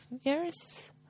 years